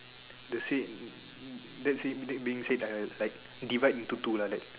that's it that's it being direct like divide into two lah like